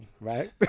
right